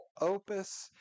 opus